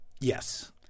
Yes